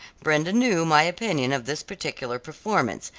brenda knew my opinion of this particular performance,